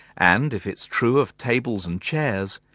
and if it's true of tables and chairs,